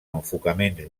enfocaments